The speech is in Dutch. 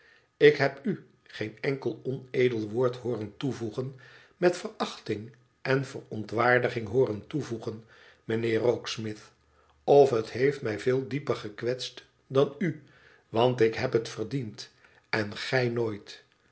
ik heb u geen enkel onedel woord hooren toevoegen met verachting en verontwaardiging hooren toevoegen mijnheer rokesmith of het heeft mij veel dieper gekwetst dan u want ik heb het verdiend en gij nooit